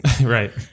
Right